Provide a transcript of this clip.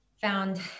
found